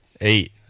eight